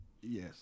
Yes